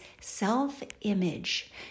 self-image